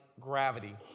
gravity